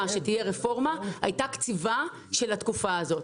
שתהיה רפורמה הייתה קציבה של התקופה הזאת.